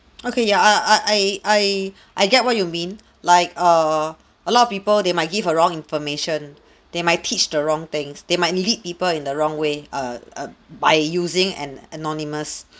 okay yeah uh I I I I get what you mean like uh a lot of people they might give a wrong information they might teach the wrong things they might lead people in the wrong way uh uh by using an anonymous